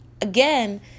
Again